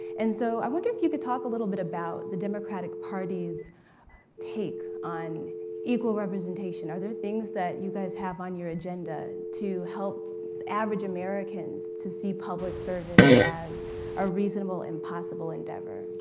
and so i wonder if you could talk a little bit about the democratic party's take on equal representation. are there things that you guys have on your agenda to help average americans to see public service as a reasonable, and possible endeavor?